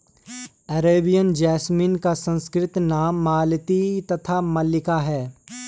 Arabian jasmine का संस्कृत नाम मालती तथा मल्लिका है